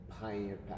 Pioneer